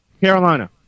Carolina